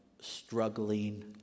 struggling